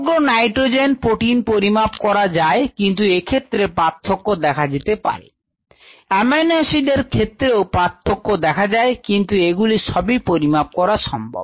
সমগ্র nitrogen protein পরিমাপ করা যায় কিন্তু এক্ষেত্রে পার্থক্য দেখা যেতে পারে এমাইনো এসিড এর ক্ষেত্রেও পার্থক্য দেখা যায় কিন্তু এগুলি সবই পরিমাপ করা সম্ভব